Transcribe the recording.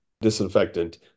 disinfectant